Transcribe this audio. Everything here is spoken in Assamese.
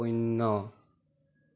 শূন্য